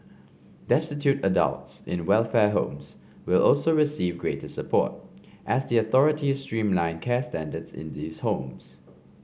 destitute adults in welfare homes will also receive greater support as the authorities streamline care standards in these homes